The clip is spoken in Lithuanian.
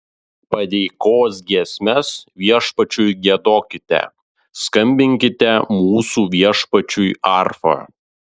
padėkos giesmes viešpačiui giedokite skambinkite mūsų viešpačiui arfa